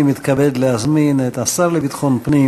אני מתכבד להזמין את השר לביטחון פנים